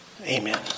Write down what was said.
Amen